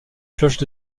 cloches